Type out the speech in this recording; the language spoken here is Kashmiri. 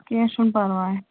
کیٚنٛہہ چھُنہٕ پَرواے